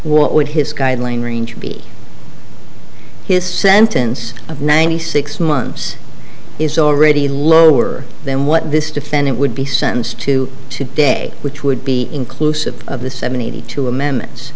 what would his guideline range be his sentence of ninety six months is already lower than what this defendant would be sentenced to to day which would be inclusive of the seventy two amendment